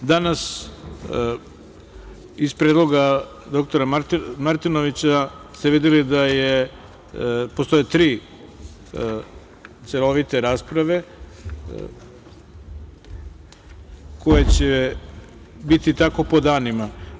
Iz predloga dr Martinovića ste videli da postoje tri celovite rasprave koje će biti tako po danima.